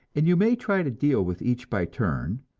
and you may try to deal with each by turn,